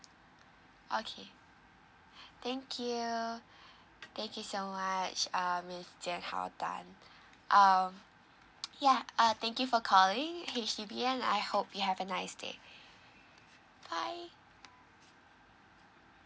okay thank you thank you so much uh miss jianhao tan um ya uh thank you for calling H_D_B and I hope you have a nice day bye